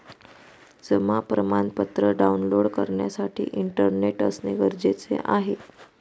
जमा प्रमाणपत्र डाऊनलोड करण्यासाठी इंटरनेट असणे गरजेचे आहे